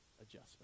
adjustment